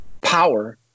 power